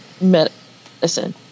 medicine